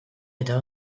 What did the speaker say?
eta